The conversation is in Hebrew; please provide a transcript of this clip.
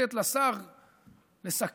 ולתת לשר לסכם,